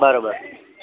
बराबरि